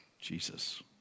Jesus